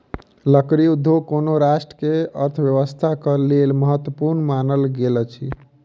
लकड़ी उद्योग कोनो राष्ट्र के अर्थव्यवस्थाक लेल महत्वपूर्ण मानल गेल अछि